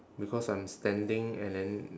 because I'm standing and then